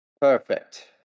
Perfect